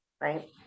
right